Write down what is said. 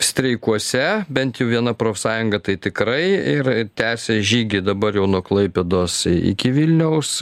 streikuose bent jų viena profsąjunga tai tikrai ir ir tęsia žygį dabar jau nuo klaipėdos iki vilniaus